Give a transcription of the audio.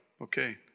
Okay